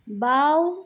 বাওঁ